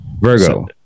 Virgo